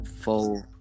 full